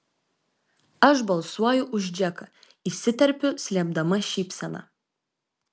aš balsuoju už džeką įsiterpiu slėpdama šypseną